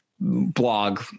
blog